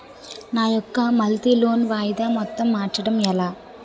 నా యెక్క monthly loan వాయిదా మొత్తం మార్చడం ఎలా?